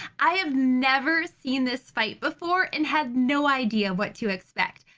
i have never seen this fight before and had no idea what to expect.